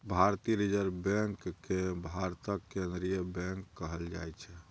भारतीय reserve bank केँ भारतक केंद्रीय बैंक कहल जाइ छै